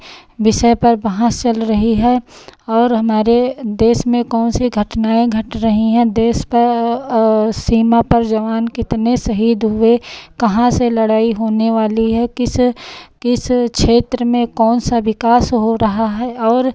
विषय पर बहस चल रही है और हमारे देश में कौन सी घटनाएँ घट रही हैं देश पा औ सीमा पर जवान कितने शहीद हुए कहाँ से लड़ाई होने वाली है किस किस क्षेत्र में कौन सा विकास हो रहा है और